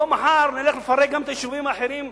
בואו מחר נלך לפרק גם את היישובים האחרים,